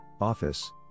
office